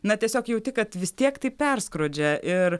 na tiesiog jauti kad vis tiek tai perskrodžia ir